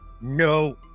No